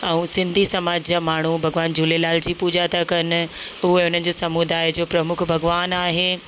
ऐं सिंधी समाज जा माण्हू भॻवान झूलेलाल जी पूॼा था कनि उहे उनजे समुदाय जो प्रमुख भॻवानु आहे